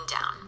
down